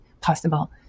possible